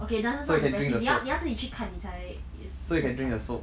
okay doesn't sound impressive 你要你要自己去看你才 you 你才知道